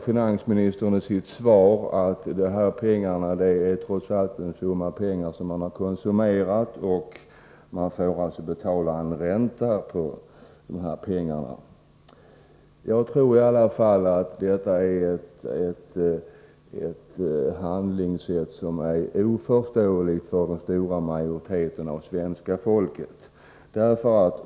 Finansministern säger i sitt svar att de här pengarna trots allt är en summa som man har konsumerat, och man får alltså betala en ränta på pengarna. Jag tror i alla fall att detta är ett handlingssätt som är oförståeligt för den stora majoriteten av svenska folket.